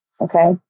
Okay